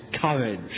courage